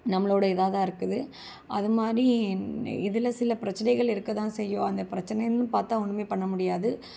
நம்மளோட இதாகதான் இருக்குது அதுமாதிரி இதில் சில பிரச்சினைகள் இருக்கதான் செய்யும் அந்த பிரச்சினைன்னு பார்த்தா ஒன்றுமே பண்ணமுடியாது